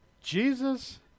Jesus